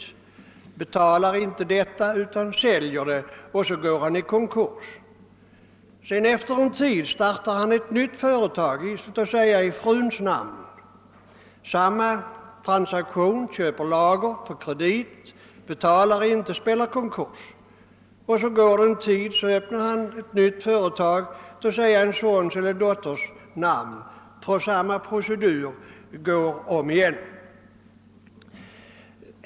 Han betalar inte detta men säljer det och går därefter i konkurs. Efter en tid startar han ett nytt företag, låt oss säga i hustruns namn. Det blir samma transaktion, han köper ett lager på kredit, betalar inte och blir försatt i konkurs. Så går det en tid och därefter öppnar han ett nytt företag, låt oss säga i en sons eller dotters namn. Samma procedur går om igen.